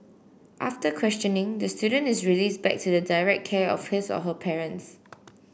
after questioning the student is released back to the direct care of his or her parents